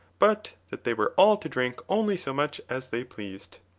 but that they were all to drink only so much as they pleased.